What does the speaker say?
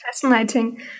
fascinating